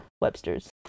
Websters